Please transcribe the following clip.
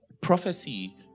prophecy